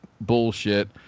bullshit